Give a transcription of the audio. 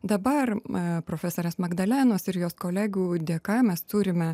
dabar profesorės magdalenos ir jos kolegų dėka mes turime